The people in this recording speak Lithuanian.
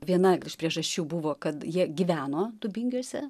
viena iš priežasčių buvo kad jie gyveno dubingiuose